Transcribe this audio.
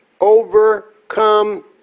Overcome